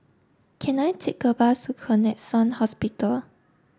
can I take a bus to Connexion Hospital